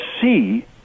see